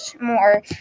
more